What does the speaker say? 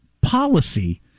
policy